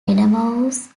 enormous